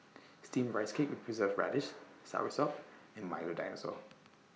Steamed Rice Cake with Preserved Radish Soursop and Milo Dinosaur